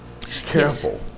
Careful